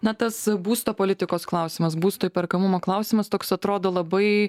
na tas būsto politikos klausimas būsto įperkamumo klausimas toks atrodo labai